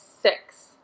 six